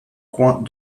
coins